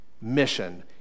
mission